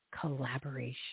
collaboration